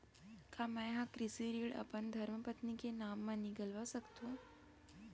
का मैं ह कृषि ऋण अपन धर्मपत्नी के नाम मा निकलवा सकथो?